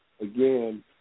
again